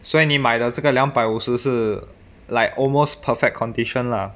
所以你买的这个两百五十是 like almost perfect condition lah